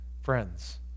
friends